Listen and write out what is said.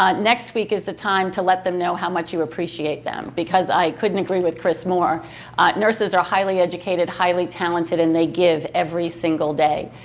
um next week is the time to let them know how much you appreciate them. cause i couldn't agree with chris more nurses are highly educated. highly talented. and they give every single day.